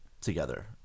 together